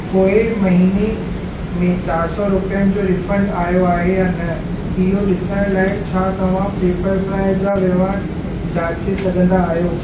पोएं महीने में चार सौ रुपियनि जो रीफंड आयो आहे या न इहो ॾिसण लाइ छा तव्हां पेपर फ़्राय जा वहिंवार जांचे सघंदा आहियो